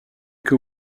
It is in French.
que